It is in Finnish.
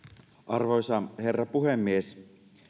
arvoisa herra puhemies